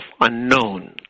unknown